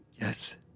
Yes